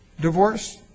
divorce